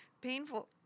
painful